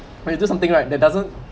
when you do something right they doesn't